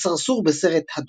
הסרסור בסרט "הדולמייט"